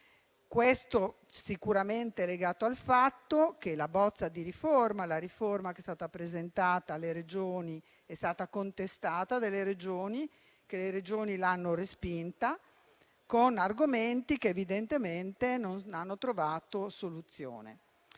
Questo sicuramente è legato al fatto che la bozza di riforma che è stata presentata alle Regioni è stata da esse contestata e respinta con argomenti che evidentemente non hanno trovato soluzione.